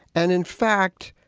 and in fact,